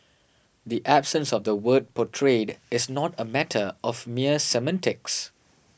the absence of the word portrayed is not a matter of mere semantics